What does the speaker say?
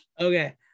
Okay